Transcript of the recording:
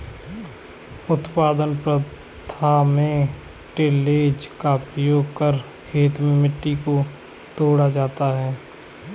उत्पादन प्रथा में टिलेज़ का उपयोग कर खेत की मिट्टी को तोड़ा जाता है